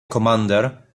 commander